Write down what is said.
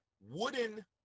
wooden